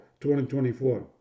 2024